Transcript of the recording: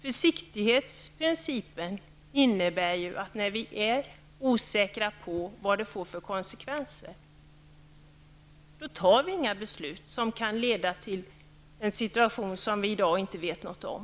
Försiktighetsprincipen innebär att när vi är osäkra på vad det får för konsekvenser tar vi inga beslut som kan leda till en situation som vi i dag inte vet något om.